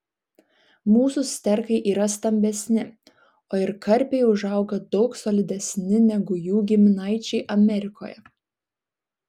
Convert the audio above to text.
mūsų sterkai yra stambesni o ir karpiai užauga daug solidesni negu jų giminaičiai amerikoje